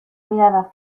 mirada